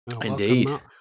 Indeed